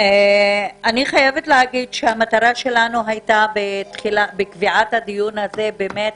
אני חייבת להגיד שמטרתנו בקביעת הדיון הזה הייתה באמת